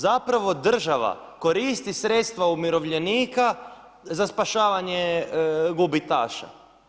Zapravo država koristi sredstva umirovljenika za spašavanje gubitaša.